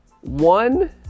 one